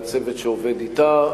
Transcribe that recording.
והצוות שעובד אתה,